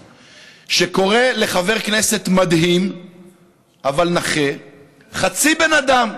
שקורא לחבר כנסת מדהים אבל נכה "חצי בן אדם",